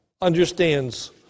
understands